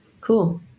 Cool